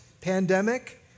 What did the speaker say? pandemic